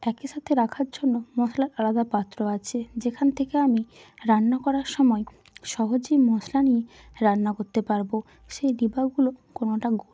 একই সাথে রাখার জন্য মশলার আলাদা পাত্র আছে যেখান থেকে আমি রান্না করার সময় সহজেই মশলা নিয়ে রান্না করতে পারবো সেই ডিব্বাগুলো কোনওটা গোল